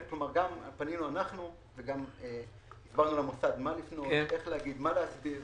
פנינו אנחנו, אמרו גם למוסד מה לפנות, איך להסביר.